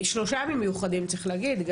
שלושה ימים מיוחדים צריך להגיד,